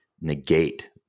negate